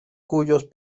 cuyos